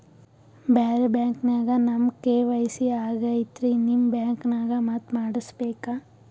ಬ್ಯಾರೆ ಬ್ಯಾಂಕ ನ್ಯಾಗ ನಮ್ ಕೆ.ವೈ.ಸಿ ಆಗೈತ್ರಿ ನಿಮ್ ಬ್ಯಾಂಕನಾಗ ಮತ್ತ ಮಾಡಸ್ ಬೇಕ?